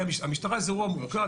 המשטרה זה אירוע מורכב,